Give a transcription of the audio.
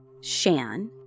Shan